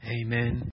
Amen